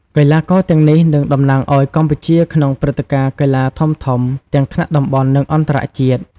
កីឡាករទាំងនេះនឹងតំណាងឱ្យកម្ពុជាក្នុងព្រឹត្តិការណ៍កីឡាធំៗ ទាំងថ្នាក់តំបន់ និងអន្តរជាតិ។